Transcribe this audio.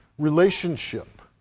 relationship